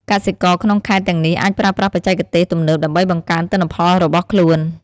កសិករក្នុងខេត្តទាំងនេះអាចប្រើប្រាស់បច្ចេកទេសទំនើបដើម្បីបង្កើនទិន្នផលរបស់ខ្លួន។